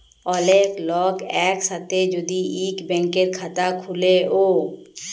ওলেক লক এক সাথে যদি ইক ব্যাংকের খাতা খুলে ও